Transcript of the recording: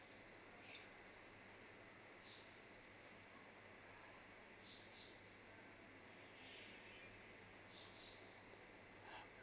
okay